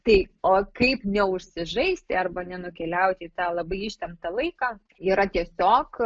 tai o kaip neužsižaisti arba nenukeliauti į tą labai ištemptą laiką yra tiesiog